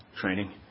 training